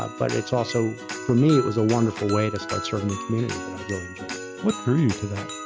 ah but it's also, for me, it was a wonderful way to start serving the community that i really enjoyed. what drew you to that?